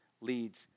leads